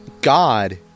God